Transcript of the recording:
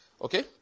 okay